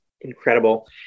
incredible